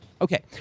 Okay